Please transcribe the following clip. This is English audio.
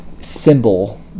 symbol